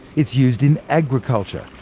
it's used in agriculture,